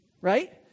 right